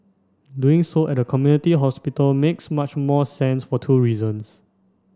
doing so at a community hospital makes much more sense for two reasons